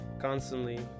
constantly